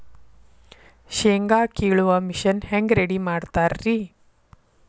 ಶೇಂಗಾ ಕೇಳುವ ಮಿಷನ್ ಹೆಂಗ್ ರೆಡಿ ಮಾಡತಾರ ರಿ?